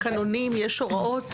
יש תקנונים, יש הוראות.